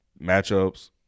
matchups